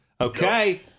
Okay